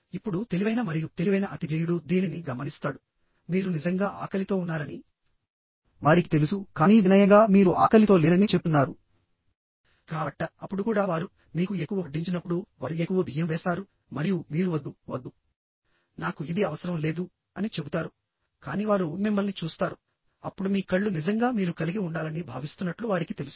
ఇప్పుడు తెలివైన మరియు తెలివైన అతిధేయుడు దీనిని గమనిస్తాడు మీరు నిజంగా ఆకలితో ఉన్నారని వారికి తెలుసు కానీ వినయంగా మీరు ఆకలితో లేరని చెప్తున్నారు కాబట్ట అప్పుడు కూడా వారు మీకు ఎక్కువ వడ్డించినప్పుడు వారు ఎక్కువ బియ్యం వేస్తారు మరియు మీరు వద్దు వద్దు నాకు ఇది అవసరం లేదు అని చెబుతారు కానీ వారు మిమ్మల్ని చూస్తారు అప్పుడు మీ కళ్ళు నిజంగా మీరు కలిగి ఉండాలని భావిస్తున్నట్లు వారికి తెలుసు